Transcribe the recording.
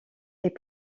est